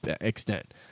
extent